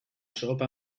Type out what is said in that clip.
sopa